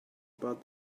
about